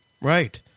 Right